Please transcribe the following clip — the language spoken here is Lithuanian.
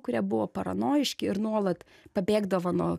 kurie buvo paranojiški ir nuolat pabėgdavo nuo